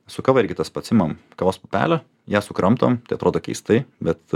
su kava irgi tas pats imam kavos pupelę jas sukramtom tai atrodo keistai bet